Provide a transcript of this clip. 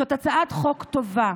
זאת הצעת חוק טובה,